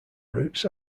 routes